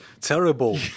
terrible